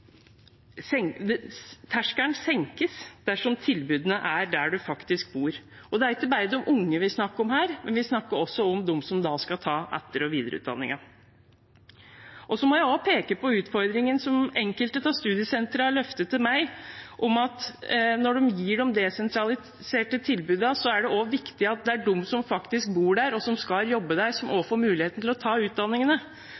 terskelen dersom tilbudene er der man faktisk bor. Det er ikke bare de unge vi snakker om her, vi snakker også om dem som skal ta etter- og videreutdanning. Så må jeg også peke på utfordringen som enkelte av studiesentrene har løftet til meg, at når de gir de desentraliserte tilbudene, er det viktig at det er de som faktisk bor der, og som skal jobbe der, som